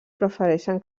prefereixen